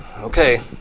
Okay